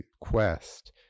quest